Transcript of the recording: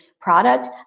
product